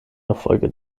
erfolge